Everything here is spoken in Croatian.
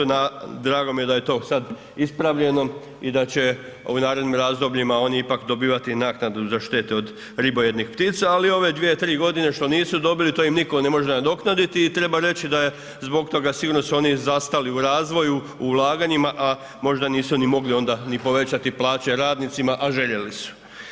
Drago mi je da je to sad ispravljeno i da će u ovim narednim razdobljima oni ipak dobivati naknadu za štete od ribojednih ptica, ali ove dvije tri godine što nisu dobili, to im nitko ne može nadoknaditi i treba reći da je zbog toga sigurno su oni zastali u razvoju, u ulaganjima, a možda nisu ni mogli onda ni povećati plaće radnicima, a željeli su.